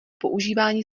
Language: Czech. používání